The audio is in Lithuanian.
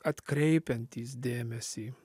atkreipiantys dėmesį